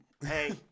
Hey